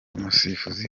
umusifuzi